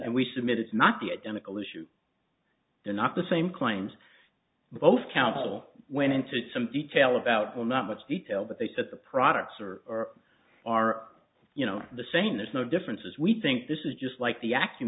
and we submitted is not the identical issue they're not the same claims both council went into some detail about well not much detail but they took the products are or are you know the same there's no differences we think this is just like the act in